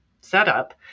setup